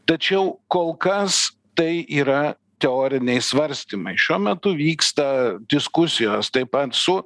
tačiau kol kas tai yra teoriniai svarstymai šiuo metu vyksta diskusijos taip pat su